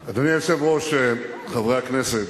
היושב-ראש, חברי הכנסת,